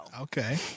Okay